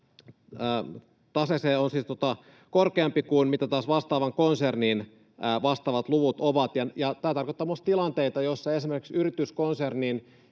taseeseen on korkeampi kuin mitä taas vastaavan konsernin vastaavat luvut ovat. Tämä tarkoittaa muun muassa tilanteita, joissa yrityskonsernin